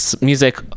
music